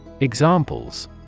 Examples